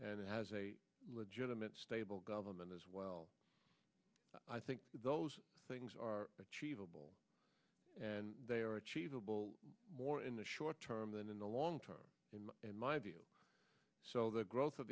and has a legitimate stable government as well i think those things are achievable and they are achievable more in the short term than in the long term in my view so the growth of